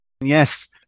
Yes